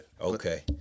Okay